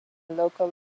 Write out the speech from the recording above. local